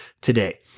today